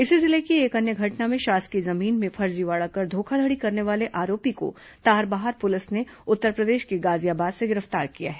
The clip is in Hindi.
इसी जिले की एक अन्य घटना में शासकीय जमीन में फर्जीवाड़ा कर धोखाधड़ी करने वाले आरोपी को तारबहार पुलिस ने उत्तरप्रदेश के गाजियाबाद से गिरफ्तार किया है